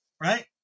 right